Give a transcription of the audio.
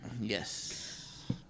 Yes